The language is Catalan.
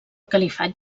califat